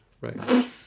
Right